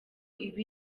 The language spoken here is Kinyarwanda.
iba